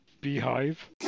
Beehive